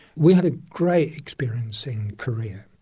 we had a great experience in korea.